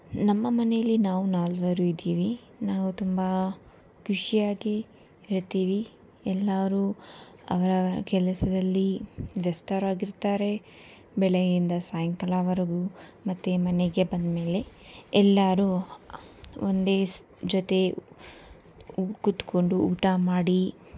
ನಮ್ಮ ಮನೆಯಲ್ಲಿ ನಾವು ನಾಲ್ವರು ಇದ್ದೀವಿ ನಾವು ತುಂಬ ಖುಷಿಯಾಗಿ ಇರ್ತೀವಿ ಎಲ್ಲರೂ ಅವರವರ ಕೆಲಸದಲ್ಲಿ ವ್ಯಸ್ತರಾಗಿರ್ತಾರೆ ಬೆಳಗೆಯಿಂದ ಸಾಯಂಕಾಲವರೆಗೂ ಮತ್ತು ಮನೆಗೆ ಬಂದಮೇಲೆ ಎಲ್ಲರೂ ಒಂದೇ ಜೊತೆ ಕುತ್ಕೊಂಡು ಊಟ ಮಾಡಿ